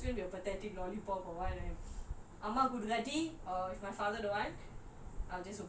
and not that நான் சின்ன வயசுல:naan chinna vayasula I gonna ask a B_M_W [what] no I'm just gonna be a pathetic lollipop or [what] right